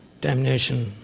damnation